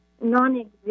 non-existent